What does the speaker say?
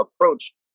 approach